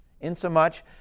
insomuch